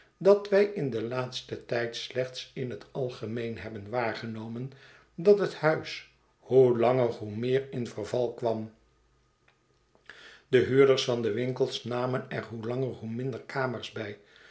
dat wij in den laatsten tijd slechts in het algemeen hebben waargenomen dat het huis hoe langer hoe meer in verval kwam de huurders van de winkels namen er hoe langer hoe minder kamers bij